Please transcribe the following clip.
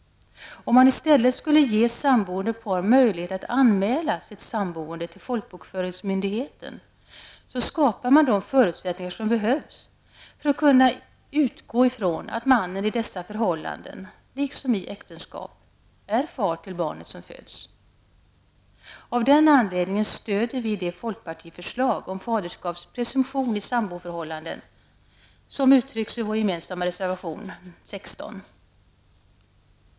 Om man i stället skulle ge samboende par möjlighet att anmäla sitt samboende till folkbokföringsmyndigheten, skapas de förutsättningar som behövs för att man skall kunna utgå ifrån att mannen i dessa förhållanden, liksom i äktenskap, är far till barnet som föds. Av den anledningen stöder vi det folkpartiförslag om faderskapspresumtion i samboförhållanden som uttrycks i vår gemensamma reservation nr 16.